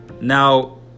Now